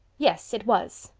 yes, it was,